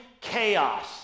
chaos